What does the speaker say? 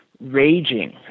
raging